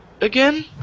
again